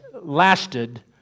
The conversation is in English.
lasted